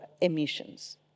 emissions